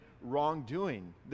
wrongdoing